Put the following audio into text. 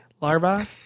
larva